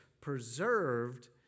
preserved